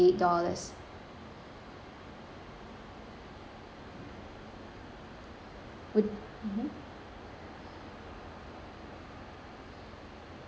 with mmhmm